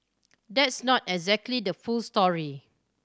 that's not exactly the full story